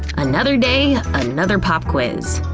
another day, another pop quiz.